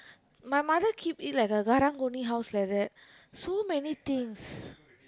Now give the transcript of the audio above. my mother keep it like a Karang-Guni house like that so many things